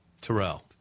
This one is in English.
Terrell